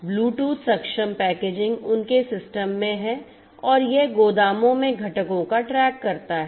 Bluetooth सक्षम packaging उनके system में है और यह गोदामों में घटकों को ट्रैक करता है